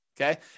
Okay